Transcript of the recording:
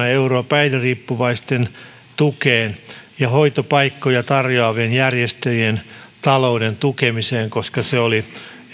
euroa päihderiippuvaisten erityistukeen ja hoitopaikkoja tarjoavien järjestöjen talouden tukemiseen koska se oli